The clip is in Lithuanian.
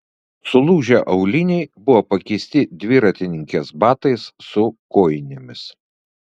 sulūžę auliniai buvo pakeisti dviratininkės batais su kojinėmis